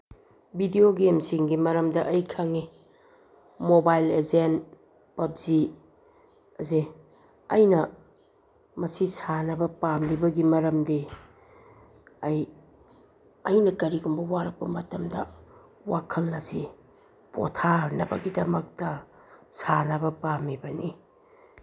video ꯒꯦꯝꯁꯤꯡꯒꯤ ꯃꯔꯝꯗ ꯑꯩ ꯈꯪꯉꯤ ꯃꯣꯕꯥꯏꯜ ꯑꯦꯖꯦꯟ ꯄꯕꯖꯤ ꯑꯁꯦ ꯑꯩꯅ ꯃꯁꯤ ꯁꯥꯟꯅꯕ ꯄꯥꯝꯂꯤꯕꯒꯤ ꯃꯔꯝꯗꯤ ꯑꯩ ꯑꯩꯅ ꯀꯔꯤꯒꯨꯝꯕ ꯋꯥꯔꯛꯄ ꯃꯇꯝꯗ ꯋꯥꯈꯜ ꯑꯁꯤ ꯄꯣꯊꯥꯅꯕꯒꯤꯗꯃꯛꯇ ꯁꯥꯟꯅꯕ ꯄꯥꯝꯃꯤꯕꯅꯤ